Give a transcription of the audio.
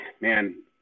man